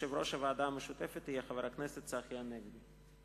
יושב-ראש הוועדה המשותפת יהיה חבר הכנסת צחי הנגבי.